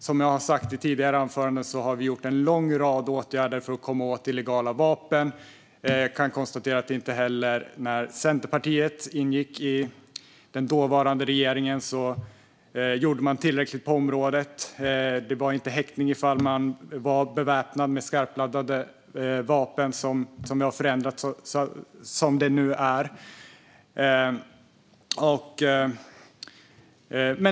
Som jag har sagt i tidigare anföranden har vi vidtagit en lång rad åtgärder för att komma åt illegala vapen. Jag kan konstatera att inte heller när Centerpartiet ingick i den dåvarande regeringen gjordes det tillräckligt på området. Det var inte häktning ifall man var beväpnad med skarpladdade vapen, så som det är nu.